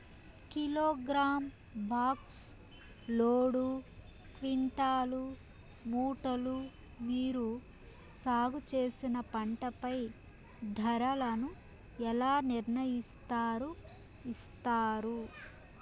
Kilogram, box, load, quintal, మూటలు మీరు సాగు చేసిన పంటపై ధరలను ఎలా నిర్ణయిస్తారు యిస్తారు?